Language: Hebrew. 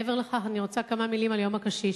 מעבר לכך אני רוצה, כמה מלים על יום הקשיש.